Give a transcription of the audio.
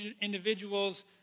individuals